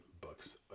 bucks